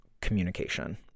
communication